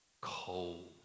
cold